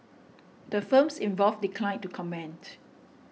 the firms involved declined to comment